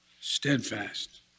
Steadfast